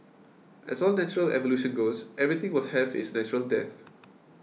as all natural evolution goes everything will have its natural death